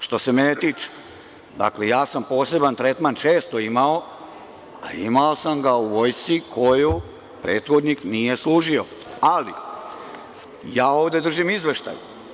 Što se mene tiče, ja sam poseban tretman često imao, a imao sam ga u vojsci koju prethodnik nije služio, ali ja ovde držim izveštaj.